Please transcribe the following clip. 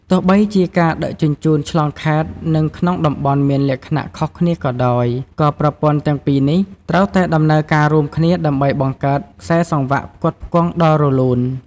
ទោះបីជាការដឹកជញ្ជូនឆ្លងខេត្តនិងក្នុងតំបន់មានលក្ខណៈខុសគ្នាក៏ដោយ ក៏ប្រព័ន្ធទាំងពីរនេះត្រូវតែដំណើរការរួមគ្នាដើម្បីបង្កើតខ្សែសង្វាក់ផ្គត់ផ្គង់ដ៏រលូន។